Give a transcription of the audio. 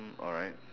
mm alright